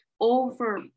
over